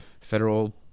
federal